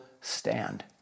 stand